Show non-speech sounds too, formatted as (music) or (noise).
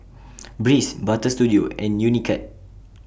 (noise) Breeze Butter Studio and Unicurd